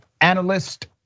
analyst